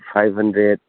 five hundred